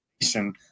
nation